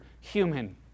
human